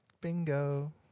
Bingo